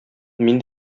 мин